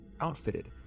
outfitted